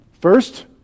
First